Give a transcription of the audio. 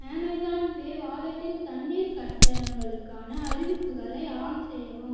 Amazon pay வாலெட்டில் தண்ணீர் கட்டணங்களுக்கான அறிவிப்புகளை ஆன் செய்யவும்